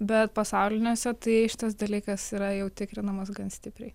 bet pasauliniuose tai šitas dalykas yra jau tikrinamas gan stipriai